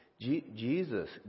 Jesus